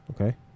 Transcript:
Okay